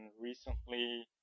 recently